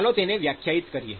ચાલો તેને વ્યાખ્યાયિત કરીએ